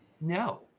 no